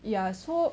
ya so